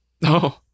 No